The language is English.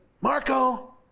Marco